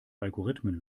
algorithmen